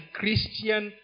Christian